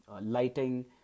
lighting